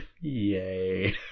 Yay